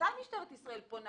מתי משטרת ישראל פונה